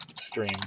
stream